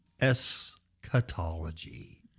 Eschatology